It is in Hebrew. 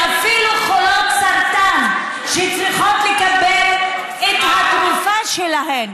אפילו של חולות סרטן שצריכות לקבל את התרופה שלהן?